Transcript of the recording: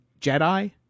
Jedi